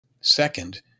Second